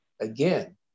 again